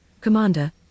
Commander